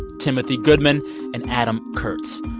timothy goodman and adam kurtz.